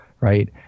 Right